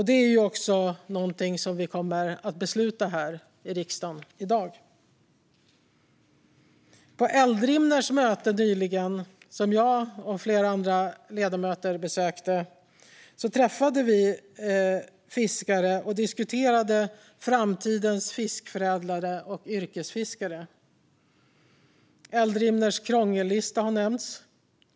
Det är också någonting som vi kommer att besluta om här i riksdagen i dag. På Eldrimners möte nyligen, som jag och flera andra ledamöter besökte, träffade vi fiskare och diskuterade framtidens fiskförädlare och yrkesfiskare. Eldrimners krångellista har nämnts.